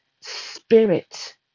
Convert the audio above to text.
spirit